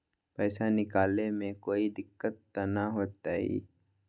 पैसा निकाले में कोई दिक्कत त न होतई?